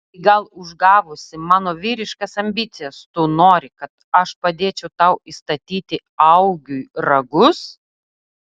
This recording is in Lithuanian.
tai gal užgavusi mano vyriškas ambicijas tu nori kad aš padėčiau tau įstatyti augiui ragus